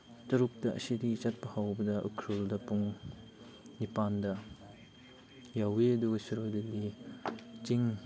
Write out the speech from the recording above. ꯇꯔꯨꯛꯇ ꯑꯁꯤꯗꯒꯤ ꯆꯠꯄ ꯍꯧꯕꯗ ꯎꯈ꯭ꯔꯨꯜꯗ ꯄꯨꯡ ꯅꯤꯄꯥꯟꯗ ꯌꯧꯏ ꯑꯗꯨꯒ ꯁꯤꯔꯣꯏ ꯂꯤꯂꯤ ꯆꯤꯡ